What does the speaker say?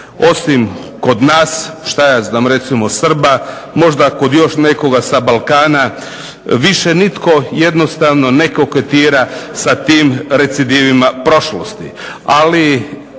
osim kod nas što ja znam recimo Srba, možda kod još nekoga sa Balkana više nitko jednostavno ne koketira sa tim recidivima prošlosti.